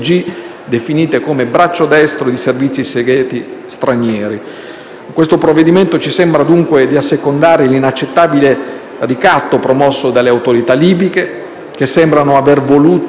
definite come braccio di servizi segreti stranieri. Con il provvedimento in esame ci sembra dunque di assecondare l'inaccettabile ricatto promosso dalle autorità libiche, che sembrano aver voluto